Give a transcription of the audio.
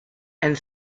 and